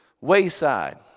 wayside